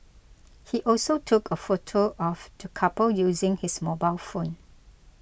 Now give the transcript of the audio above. he also took a photo of the couple using his mobile phone